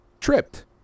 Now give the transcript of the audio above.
tripped